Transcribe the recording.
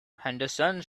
henderson